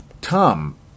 Tom